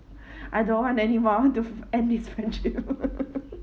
I don't want anymore I want to end this friendship